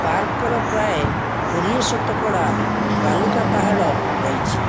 ପାର୍କର ପ୍ରାୟ କୋଡ଼ିଏ ଶତକଡ଼ା ବାଲୁକା ପାହାଡ଼ ରହିଛି